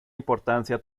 importancia